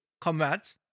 comrades